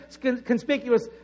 conspicuous